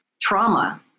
trauma